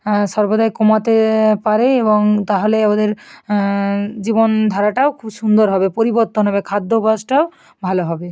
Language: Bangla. সর্বদাই কমাতে পারে এবং তাহলে ওদের জীবনধারাটাও খুব সুন্দর হবে পরিবর্তন হবে খাদ্য অভ্যাসটাও ভালো হবে